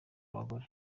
bagore